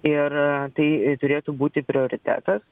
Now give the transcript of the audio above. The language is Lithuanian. ir tai turėtų būti prioritetas